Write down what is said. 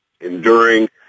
enduring